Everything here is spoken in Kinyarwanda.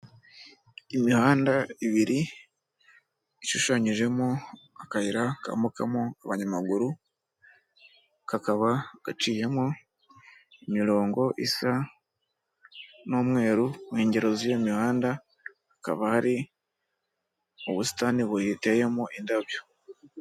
Imihanda ibiri, ishushanyijemo akayira kambukamo abanyamaguru, kakaba gaciyemo imirongo isa n'umweru, mu nkengero z'iyo mihanda hakaba hari ubusitani buyiteyemo indabyo.